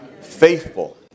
Faithful